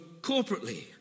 corporately